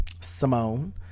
Simone